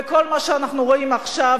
וכל מה שאנחנו רואים עכשיו,